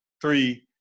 three